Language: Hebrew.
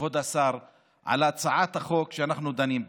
כבוד השר, על הצעת החוק שאנו דנים בה,